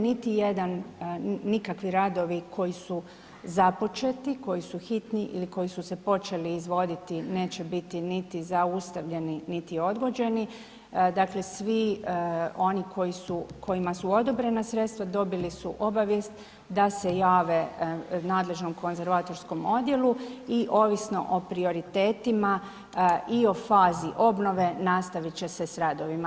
Niti jedan nikakvi radovi koji su započeti, koji su hitni ili koji su se počeli izvoditi neće biti niti zaustavljeni, niti odgođeni, dakle svi onima kojima su odobrena sredstva dobili su obavijest da se jave nadležnom konzervatorskom odjelu i ovisno o prioritetima i o fazi obnove nastavit će se s radovima.